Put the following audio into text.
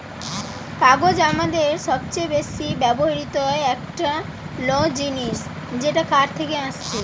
কাগজ আমাদের সবচে বেশি ব্যবহৃত একটা ল জিনিস যেটা কাঠ থেকে আসছে